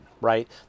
right